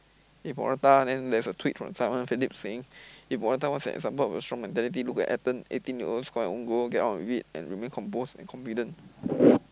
eh Morata then there's a tweet from Simon-Phillips saying if Morata was an example of strong mentality look at Ethan eighteen year old score own goal get on with it and remain composed and confident